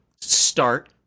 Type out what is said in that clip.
start